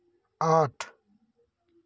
आठ